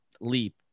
leap